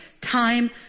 time